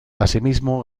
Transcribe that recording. asimismo